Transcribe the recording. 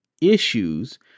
issues